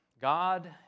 God